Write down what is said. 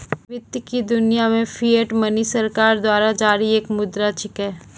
वित्त की दुनिया मे फिएट मनी सरकार द्वारा जारी एक मुद्रा छिकै